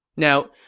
now,